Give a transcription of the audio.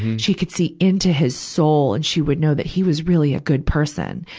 she could see into his soul and she would know that he was really a good person,